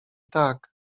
tak